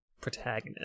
protagonist